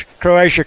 Croatia